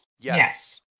Yes